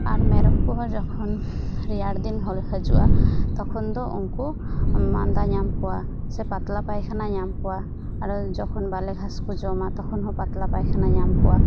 ᱟᱨ ᱢᱮᱨᱚᱢ ᱠᱚᱦᱚᱸ ᱡᱚᱠᱷᱚᱱ ᱨᱮᱭᱟᱲ ᱫᱤᱱ ᱦᱟᱹᱡᱩᱜᱼᱟ ᱛᱚᱠᱷᱚᱱ ᱫᱚ ᱩᱱᱠᱩ ᱢᱟᱫᱟ ᱧᱟᱢ ᱠᱚᱣᱟ ᱥᱮ ᱯᱟᱛᱞᱟ ᱯᱟᱭᱠᱷᱟᱱᱟ ᱧᱟᱢ ᱠᱚᱣᱟ ᱟᱨᱚ ᱡᱚᱠᱷᱚᱱ ᱵᱟᱞᱮ ᱜᱷᱟᱥ ᱠᱚ ᱡᱚᱢᱟ ᱛᱚᱠᱷᱚᱱ ᱦᱚᱸ ᱯᱟᱛᱞᱟ ᱯᱟᱭᱠᱷᱟᱱᱟ ᱧᱟᱢ ᱠᱚᱣᱟ